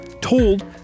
told